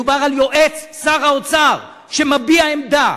מדובר על יועץ שר האוצר שמביע עמדה